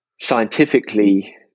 scientifically